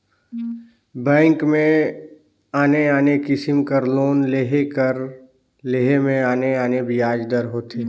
bank में आने आने किसिम कर लोन कर लेहे में आने आने बियाज दर होथे